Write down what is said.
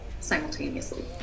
simultaneously